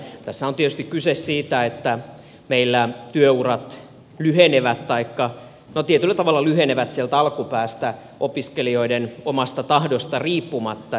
tässä on tietysti kyse siitä että meillä työurat tietyllä tavalla lyhenevät sieltä alkupäästä opiskelijoiden omasta tahdosta riippumatta